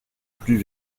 plus